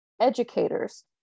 educators